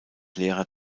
lehrer